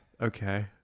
Okay